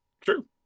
True